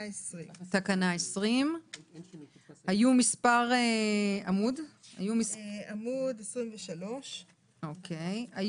עד תקנה 20. עמוד 23. פרק ג'.